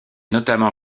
notamment